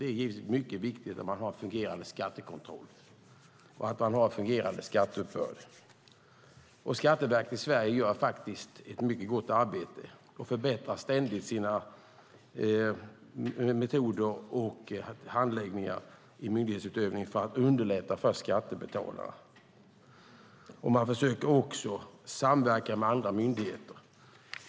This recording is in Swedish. Det är givetvis mycket viktigt att man har en fungerande skattekontroll och en fungerande skatteuppbörd. Skatteverket i Sverige gör faktiskt ett mycket gott arbete i sin myndighetsutövning och förbättrar ständigt sina metoder och sin handläggning för att underlätta för skattebetalarna. Man försöker också samverka med andra myndigheter.